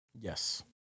Yes